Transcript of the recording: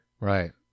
Right